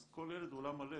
אז כל ילד הוא עולם מלא.